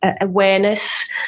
awareness